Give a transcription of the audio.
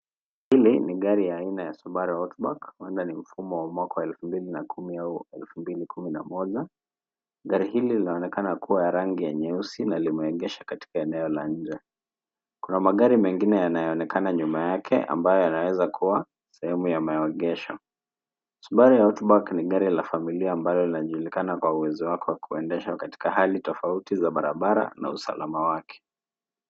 Hili ni gari aina ya Subaru Outback huenda ni mfumo wa mwaka wa 2010 au 2011. Gari hili linaonekana kuwa ni ya rangi nyeusi na limeengeshwa katika ya eneo la nje. Kuna magari mengine yanayoonekana nyuma yake ambayo yanaweza kuwa sehemu ya maegesho. Subaru Outback ni gari la familia ambalo linajulikana kwa uwezo wake wa kuendeshwa katika hali tofauti za barabara na usalama wake.